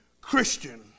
Christian